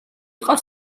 იყო